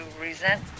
resent